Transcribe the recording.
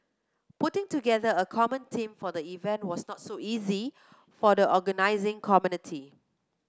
putting together a common theme for the event was not so easy for the organising